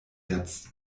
jetzt